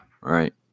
right